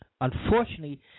Unfortunately